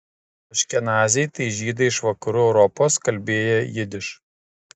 aškenaziai tai žydai iš vakarų europos kalbėję jidiš